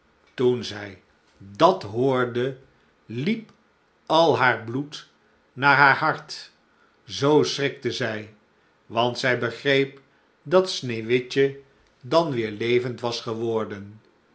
toen zij dat hoorde liep al haar bloed naar haar hart z schrikte zij want zij begreep dat sneeuwwitje dan weêr levend was geworden